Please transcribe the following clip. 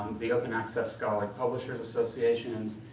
the open access scholared publishers associations.